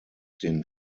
den